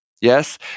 yes